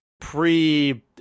pre